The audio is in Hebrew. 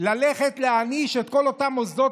ללכת ולהעניש את כל אותם מוסדות,